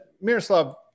Miroslav